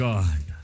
God